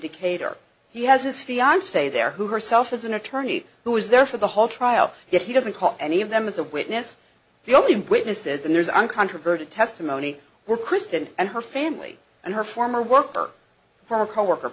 decatur he has his fiance there who herself is an attorney who is there for the whole trial yet he doesn't call any of them as a witness the opening witnesses and there's uncontroverted testimony were kristen and her family and her former worker from a coworker